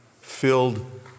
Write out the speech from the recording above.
filled